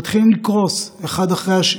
מתחילים לקרוס אחד אחרי השני.